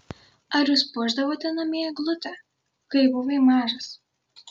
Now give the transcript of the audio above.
ar jūs puošdavote namie eglutę kai buvai mažas